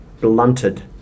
blunted